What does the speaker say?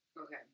Okay